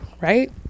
right